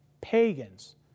pagans